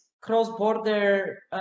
cross-border